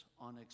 on